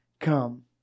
Come